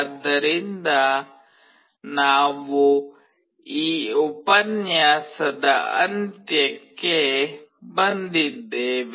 ಆದ್ದರಿಂದ ನಾವು ಈ ಉಪನ್ಯಾಸದ ಅಂತ್ಯಕ್ಕೆ ಬಂದಿದ್ದೇವೆ